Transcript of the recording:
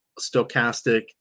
stochastic